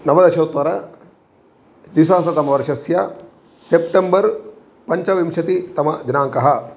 नवदशोत्मर द्विसहस्रतमवर्षस्य सेप्टम्बर् पञ्चविंशतितम दिनाङ्कः